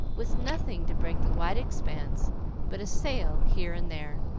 with nothing to break the wide expanse but a sail here and there,